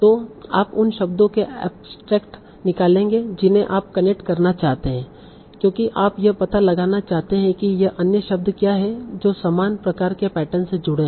तो आप उन शब्दों के एबट्रैक्ट निकालेंगे जिन्हें आप कनेक्ट करना चाहते हैं क्योंकि आप यह पता लगाना चाहते हैं कि अन्य शब्द क्या हैं जो समान प्रकार के पैटर्न से जुड़े हैं